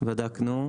בדקנו.